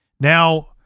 Now